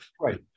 Right